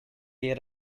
yer